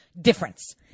difference